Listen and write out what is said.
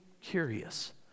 curious